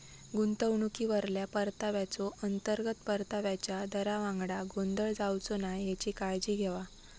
गुंतवणुकीवरल्या परताव्याचो, अंतर्गत परताव्याच्या दरावांगडा गोंधळ जावचो नाय हेची काळजी घेवा